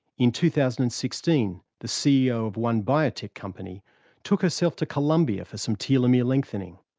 in two thousand and sixteen, the ceo of one biotech company took herself to columbia for some telomere lengthening.